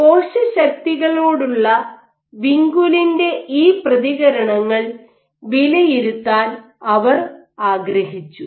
കോശശക്തികളോടുള്ള വിൻകുലിന്റെ ഈ പ്രതികരണങ്ങൾ വിലയിരുത്താൻ അവർ ആഗ്രഹിച്ചു